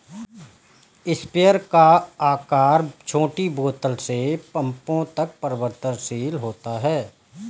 sprayer का आकार छोटी बोतल से पंपों तक परिवर्तनशील होता है